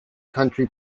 country